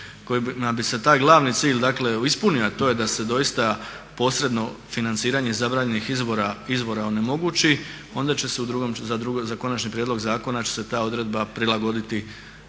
bi se taj glavni cilj ispunio, a to je da se doista posredno financiranje zabranjenih izbora onemogući onda će se za konačni prijedlog zakona ta odredba prilagoditi tom